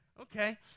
Okay